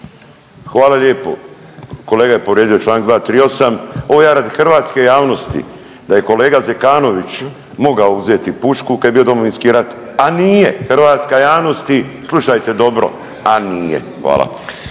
Hvala lijepo. Kolega je povrijedio čl. 238. Ovo je radi hrvatske javnosti da je kolega Zekanović mogao uzeti pušku kad je bio Domovinski rat, a nije. Hrvatska javnosti slušajte dobro, a nije. Hvala.